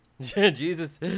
Jesus